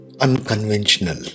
unconventional